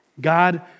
God